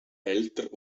älter